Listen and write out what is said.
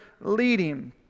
leading